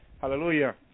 hallelujah